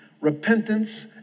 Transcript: repentance